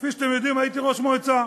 כפי שאתם יודעים, הייתי ראש מועצה,